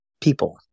people